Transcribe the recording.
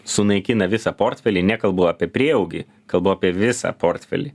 sunaikina visą portfelį nekalbu apie prieaugį kalbu apie visą portfelį